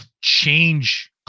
change